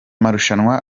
marushanwa